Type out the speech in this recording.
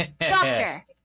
Doctor